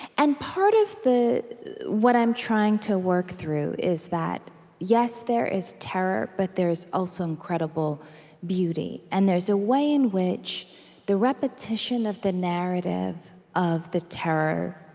and part of what i'm trying to work through is that yes, there is terror, but there is also incredible beauty. and there's a way in which the repetition of the narrative of the terror